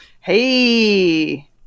Hey